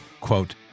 Quote